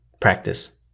practice